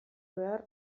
behar